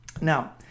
Now